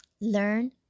learn